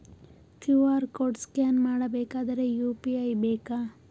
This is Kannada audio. ಕ್ಯೂ.ಆರ್ ಕೋಡ್ ಸ್ಕ್ಯಾನ್ ಮಾಡಬೇಕಾದರೆ ಯು.ಪಿ.ಐ ಬೇಕಾ?